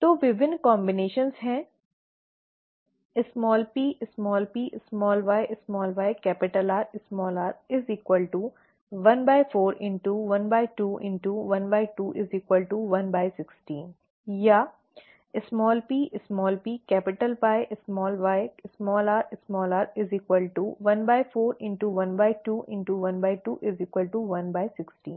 तो विभिन्न संयोजनों है ppyyRr ¼ x ½ x ½ 116 या ppYyrr ¼ x ½ x ½ 116 या Ppyyrr ½ x ½ x ½ 18 216 या PPyyrr ¼ x ½ x ½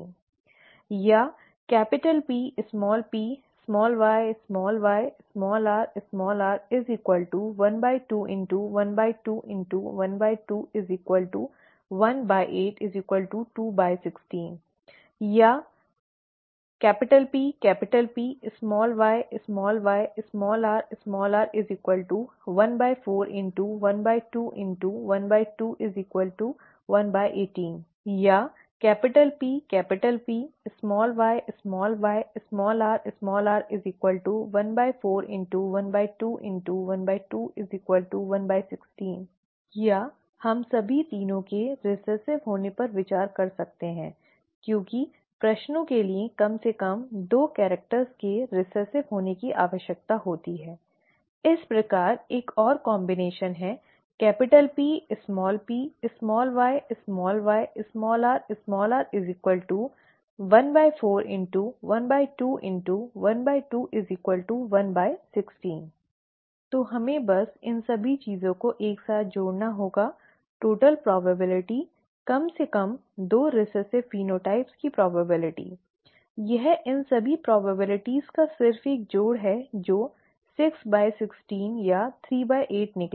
116 या हम सभी तीनों के रिसेसिव होने पर विचार कर सकते हैं क्योंकि प्रश्नों के लिए कम से कम दो कैरेक्टर्स के रिसेसिव होने की आवश्यकता होती है इस प्रकार एक और संयोजन है Ppyyrr ¼ x ½ x ½ 116 तो हमें बस इन सभी चीजों को एक साथ जोड़ना होगा कुल संभावना कम से कम दो रिसेसिव फेनोटाइप्स की संभावना यह इन सभी संभावनाओं का सिर्फ एक जोड़ है जो 616 या 38 निकला है